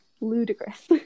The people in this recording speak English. ludicrous